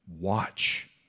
watch